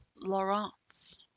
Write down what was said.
Lawrence